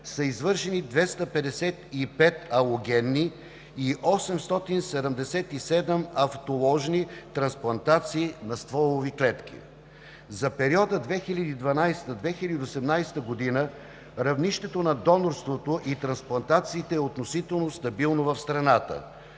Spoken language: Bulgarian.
са извършени 255 алогенни и 877 автоложни трансплантации на стволови клетки. За периода 2012 – 2018 г. равнището на донорството и трансплантациите е относително стабилно в страната.